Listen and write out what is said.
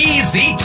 Easy